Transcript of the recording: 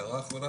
הערה אחרונה,